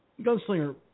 Gunslinger